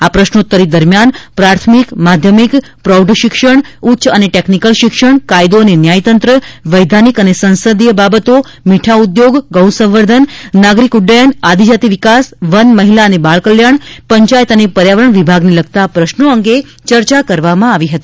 આ પ્રશ્નોત્તરી દરમિયાન પ્રાથમિક માધ્યમિક પ્રૌઢ શિક્ષણ ઉચ્ચ અને ટેકનિકલ શિક્ષણ કાયદો અને ન્યાયતંત્ર વૈધાનિક અને સંસદિય બાબતો મીઠા ઉદ્યોગ ગૌસંવર્ધન નાગરિક ઉડ્ડયન આદિજાતિ વિકાસ વન મહિલા અને બાલ કલ્યાજ઼ પંચાયત અને પર્યાવરજ઼ વિભાગને લગતા પ્રશ્નો અંગે ચર્ચા કરવામાં આવી હતી